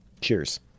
Cheers